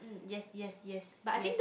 yes yes yes yes